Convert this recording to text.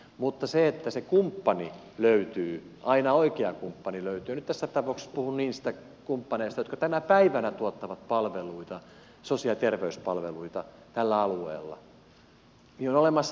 mutta siinä että kumppani löytyy aina oikea kumppani löytyy ja nyt tässä tapauksessa puhun niistä kumppaneista jotka tänä päivänä tuottavat sosiaali ja terveyspalveluita tällä alueella on olemassa riski